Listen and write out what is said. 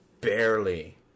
barely